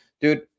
dude